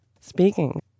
speaking